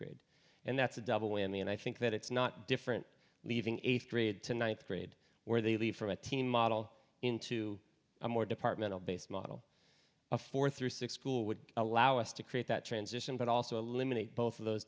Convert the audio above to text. grade and that's a double whammy and i think that it's not different leaving eighth grade to ninth grade where they lead from a teen model into a more departmental based model for three six school would allow us to create that transition but also a limit both of those